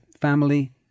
family